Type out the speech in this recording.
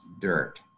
dirt